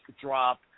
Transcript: drop